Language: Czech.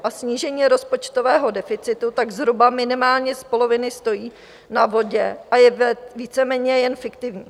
A snížení rozpočtového deficitu tak zhruba minimálně z poloviny stojí na vodě a je víceméně jen fiktivní.